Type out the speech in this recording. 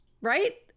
right